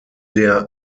der